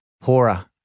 poorer